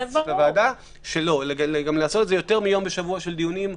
הוועדה לעשות יותר מיום בשבוע של דיונים.